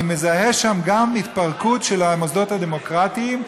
אני מזהה שם גם התפרקות של המוסדות הדמוקרטיים.